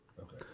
Okay